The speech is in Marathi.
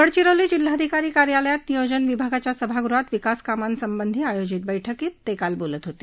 गडचिरोली जिल्हाधिकारी कार्यालयात नियोजन विभागाच्या सभागृहात विकास कामासंबंधी आयोजित बैठकीत ते काल बोलत होते